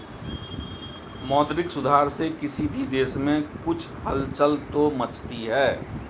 मौद्रिक सुधार से किसी भी देश में कुछ हलचल तो मचती है